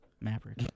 Maverick